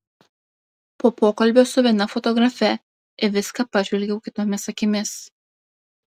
po pokalbio su viena fotografe į viską pažvelgiau kitomis akimis